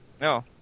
No